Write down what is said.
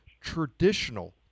traditional